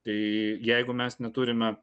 tai jeigu mes neturime